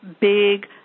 big